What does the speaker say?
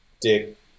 dick